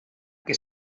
que